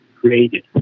created